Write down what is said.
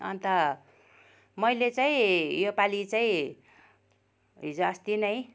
अन्त मैले चाहिँ यो पालि चाहिँ हिजो अस्ति नै